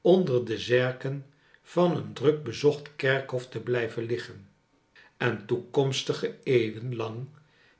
onder de zerken van een druk bezocht kerkhof te blijven liggen entoekomstige eeuwen lang